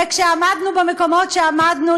וכשעמדנו במקומות שעמדנו,